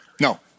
No